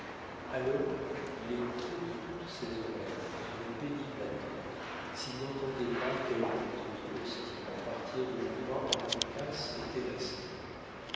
alors il écoutait de toutes ses oreilles dans une pénible attente s'il n'entendait pas quelque bruit hostile partir de l'endroit où uncas était resté